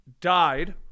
died